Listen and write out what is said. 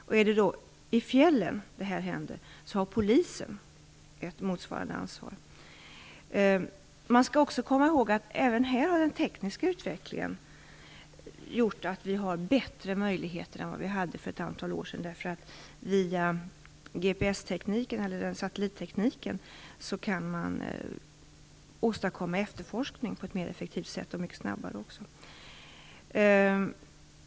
Om det händer i fjällen har polisen ett motsvarande ansvar. Man skall också komma ihåg att den tekniska utvecklingen även här har gjort att vi har bättre möjligheter än vi hade för ett antal år sedan, därför att via GPS-tekniken, eller satellittekniken, kan man åstadkomma efterforskning på ett mer effektivt sätt och mycket snabbare.